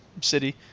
city